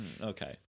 Okay